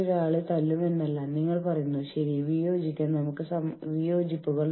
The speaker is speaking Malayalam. ഒരു സംഘടന എന്ന നിലയിൽ യൂണിയനുകളെ നമ്മൾ എങ്ങനെയാണ് കാണുന്നത്